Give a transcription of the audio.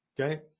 okay